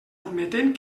admetent